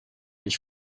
ich